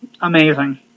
Amazing